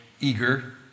eager